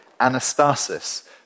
Anastasis